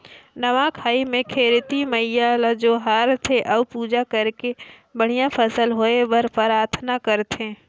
नवा खाई मे धरती मईयां ल जोहार थे अउ पूजा करके बड़िहा फसल होए बर पराथना करथे